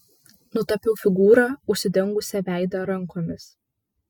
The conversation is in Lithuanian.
nutapiau figūrą užsidengusią veidą rankomis